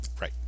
Right